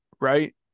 Right